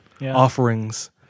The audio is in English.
Offerings